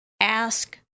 Ask